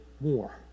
more